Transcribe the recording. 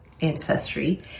ancestry